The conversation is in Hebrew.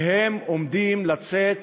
והם עומדים לצאת